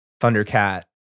Thundercat